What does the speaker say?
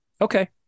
Okay